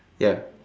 ya